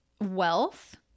wealth